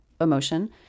emotion